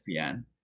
ESPN